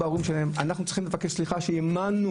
אנחנו צריכים לבקש סליחה שהאמנו.